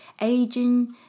aging